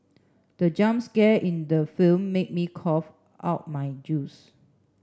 the jump scare in the film made me cough out my juice